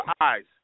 eyes